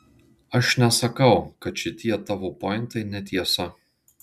aš nesakau kad šitie tavo pointai netiesa